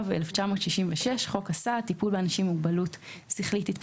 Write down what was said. התשכ"ו-1966 ; (ו)חוק הסעד (טיפול באנשים עם מוגבלות שכלית-התפתחותית),